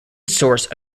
source